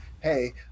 hey